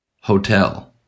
hotel